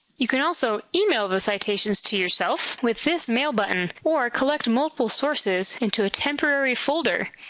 you can also email the citations to yourself with this mail button or collect multiple sources into a temporary folder,